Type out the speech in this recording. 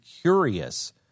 curious